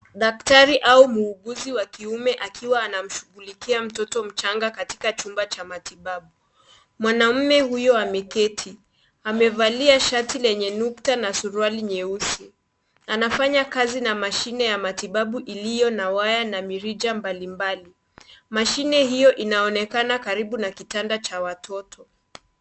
Daktari au muuguzi wa kiume akiwa anamshughulikia mtoto mchanga katika chumba cha matibabu. Mwanaume huyo ameketi. Amevalia shati lenye nukta na suruali nyeusi. Anafanya kazi na mashine ya matibabu iliyo na waya na mirija mbalimbali. Mashine hiyo inaonekana karibu na kitanda cha watoto.